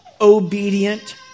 obedient